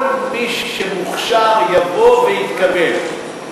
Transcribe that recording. כל מי שמוכשר יבוא ויתקבל.